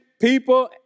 people